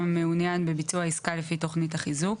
המעוניין בביצוע עסקה לפי תוכנית החיזוק,